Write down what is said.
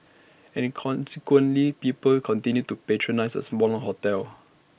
and consequently people continued to patronise A smaller hotel